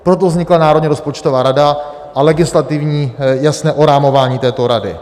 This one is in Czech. Proto vznikla Národní rozpočtová rada a legislativní jasné orámování této rady.